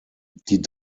die